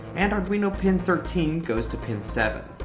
and arduino pin thirteen goes to pin seven.